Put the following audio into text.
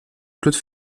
claude